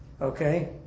okay